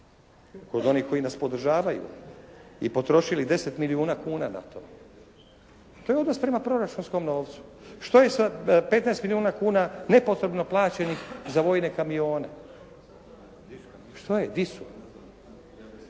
kod onih koji nas podržavaju i potrošili 10 milijuna kuna na to. To je odnos prema proračunskom novcu. Što je sa 15 milijuna kuna nepotrebno plaćenih za vojne kamione? Što je, di su?